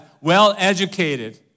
well-educated